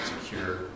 secure